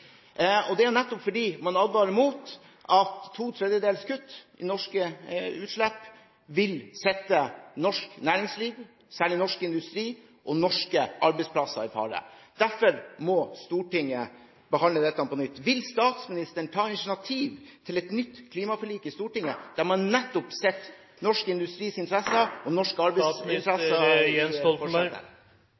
Det er nettopp fordi man advarer mot at to tredjedels kutt i norske utslipp vil sette norsk næringsliv, særlig norsk industri og norske arbeidsplasser, i fare. Derfor må Stortinget behandle dette på nytt. Vil statsministeren ta initiativ til et nytt klimaforlik i Stortinget, der man nettopp setter norsk industris interesser og norske arbeidsplasser i forsetet? Jeg mener det er fullt mulig å kombinere en